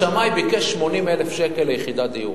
השמאי ביקש 80,000 ש"ח ליחידת דיור.